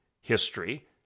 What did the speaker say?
history